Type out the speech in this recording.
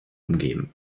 umgeben